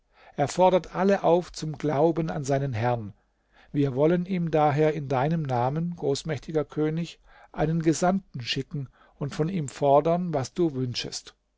er fordert alle auf zum glauben an seinen herrn wir wollen ihm daher in deinem namen großmächtiger könig einen gesandten schicken und von ihm fordern was du wünschest